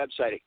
website